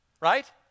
right